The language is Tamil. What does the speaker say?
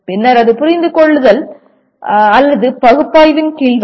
பின்னர் அது புரிந்துகொள்ளுதல் அல்லது பகுப்பாய்வின் கீழ் வரும்